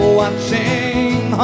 watching